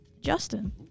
Justin